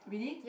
really